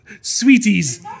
sweeties